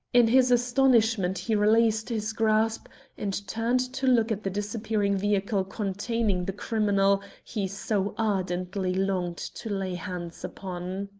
in his astonishment he released his grasp and turned to look at the disappearing vehicle containing the criminal he so ardently longed to lay hands upon.